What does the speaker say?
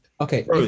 Okay